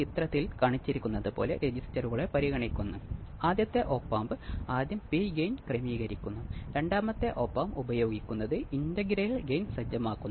പരീക്ഷണാത്മക ഭാഗത്ത് ഓസിലേറ്ററിന്റെ കുറച്ച് ഉദാഹരണങ്ങളും കാണാം